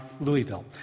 Louisville